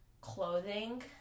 clothing